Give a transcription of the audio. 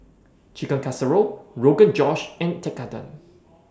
Chicken Casserole Rogan Josh and Tekkadon